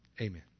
amen